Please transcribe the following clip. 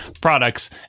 products